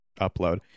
upload